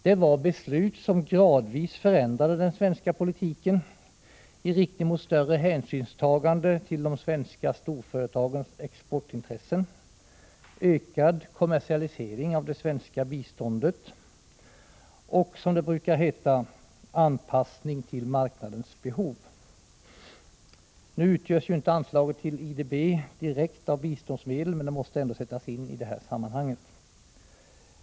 Det var beslut som gradvis förändrade den svenska politiken i riktning mot större hänsynstagande till de svenska storföretagens exportintressen, ökad kommersialisering av det svenska biståndet och, som det brukar heta, ”anpassning till marknadens behov”. Nu utgörs ju inte anslaget till IDB av biståndsmedel, men det måste ändå sättas in i detta sammanhang.